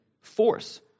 force